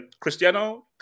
Cristiano